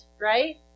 right